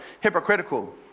hypocritical